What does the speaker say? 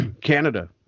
Canada